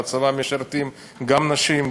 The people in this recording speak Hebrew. בצבא משרתות גם נשים,